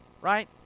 right